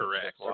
Correct